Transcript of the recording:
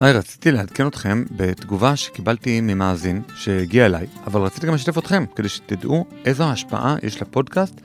היי, רציתי לעדכן אתכם בתגובה שקיבלתי ממאזין שהגיעה אליי, אבל רציתי גם לשתף אתכם כדי שתדעו איזו ההשפעה יש לפודקאסט.